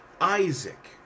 Isaac